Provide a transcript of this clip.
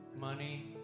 money